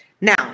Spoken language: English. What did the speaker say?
Now